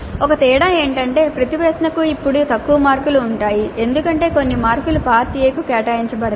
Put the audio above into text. ఒకే తేడా ఏమిటంటే ప్రతి ప్రశ్నకు ఇప్పుడు తక్కువ మార్కులు ఉంటాయి ఎందుకంటే కొన్ని మార్కులు పార్ట్ ఎకు కేటాయించబడతాయి